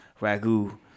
Ragu